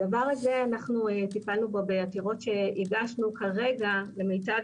הדבר הזה אנחנו טיפלנו בו בעתירות שהגשנו ,כרגע למיטב